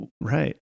right